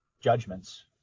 judgments